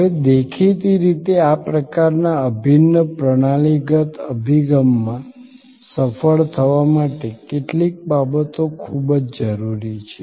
હવે દેખીતી રીતે આ પ્રકારના અભિન્ન પ્રણાલીગત અભિગમમાં સફળ થવા માટે કેટલીક બાબતો ખૂબ જ જરૂરી છે